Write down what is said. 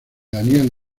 daniel